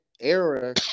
era